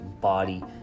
body